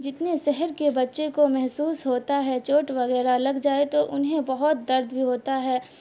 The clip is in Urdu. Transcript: جتنے شہر کے بچے کو محسوس ہوتا ہے چوٹ وغیرہ لگ جائے تو انہیں بہت درد بھی ہوتا ہے